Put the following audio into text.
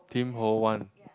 Tim-Ho-Wan